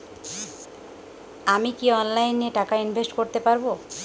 আমি কি অনলাইনে টাকা ইনভেস্ট করতে পারবো?